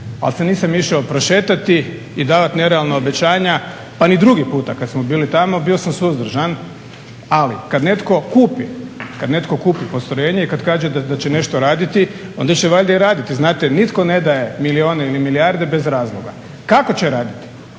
ali se nisam išao prošetati i davati nerealna obećanja pa ni drugi puta kad smo bili tamo, bio sam suzdržan. Ali kad netko kupi postrojenje i kad kaže da će nešto raditi onda će valjda i raditi. Znate, nitko ne daje milijune ili milijarde bez razloga. Kako će raditi